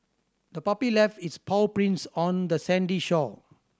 the puppy left its paw prints on the sandy shore